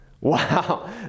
Wow